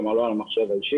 כלומר לא על המחשב האישי,